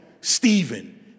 Stephen